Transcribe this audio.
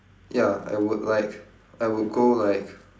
ya I would like I would go like